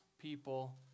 people